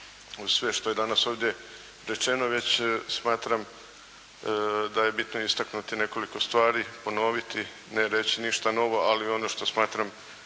Uz sve što je danas ovdje rečeno već, smatram da je bitno istaknuti nekoliko stvari, ponoviti, ne reći ništa novo, ali ono što smatram